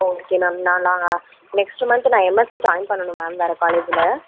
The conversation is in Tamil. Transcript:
ஓகே மேம் நால் நாளா நெக்ஸ்ட்டு மந்த்து நான் எம்எஸ்சி ஜாய்ன் பண்ணனும் மேம் வேறு காலேஜில்